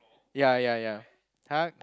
ya ya ya [huh]